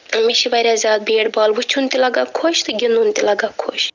مےٚ چھُ واریاہ زیادٕ بیٹ بال وُچھُن تہِ لَگان خۄش تہٕ گِندُن تہِ لَگان خۄش